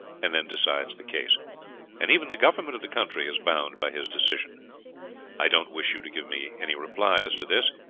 and then decides the case and even the government of the country is bound by his decision i don't wish you to give me any reply as to this.